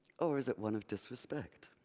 or is it one of disrespect?